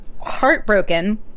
heartbroken